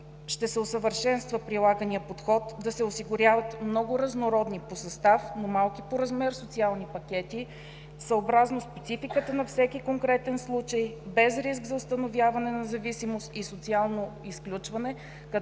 ще се усъвършенства прилаганият подход да се осигуряват много разнородни по състав, но малки по размер социални пакети, съобразно спецификата на всеки конкретен случай, без риск за установяване на зависимост и социално изключване,